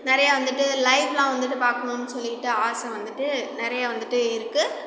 நிறையா வந்துவிட்டு லைவ்லாம் வந்துவிட்டு பார்க்கணுன்னு சொல்லிவிட்டு ஆசை வந்துவிட்டு நிறைய வந்துவிட்டு இருக்கு